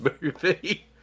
movie